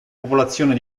popolazione